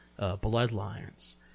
Bloodlines